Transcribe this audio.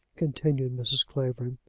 continued mrs. clavering.